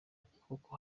ukuboko